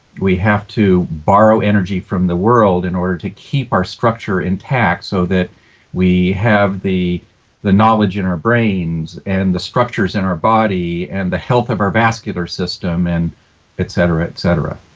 we have to borrow energy from the world in order to keep our structure intact so that we have the the knowledge in our brains and the structures in our body and the health of our vascular system and etc, etc.